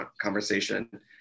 conversation